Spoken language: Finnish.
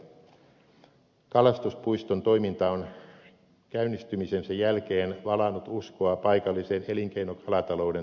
kalastuspuiston toiminta on käynnistymisensä jälkeen valanut uskoa paikalliseen elinkeinokalatalouden tulevaisuuteen